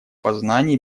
познания